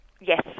Yes